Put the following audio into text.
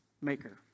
maker